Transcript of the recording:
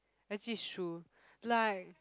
actually is true like